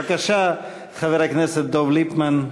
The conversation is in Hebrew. בבקשה, חבר הכנסת דב ליפמן.